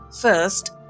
first